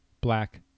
black